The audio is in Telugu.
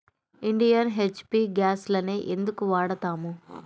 ఇండియన్, హెచ్.పీ గ్యాస్లనే ఎందుకు వాడతాము?